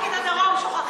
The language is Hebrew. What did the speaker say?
רק את הדרום שוכחים.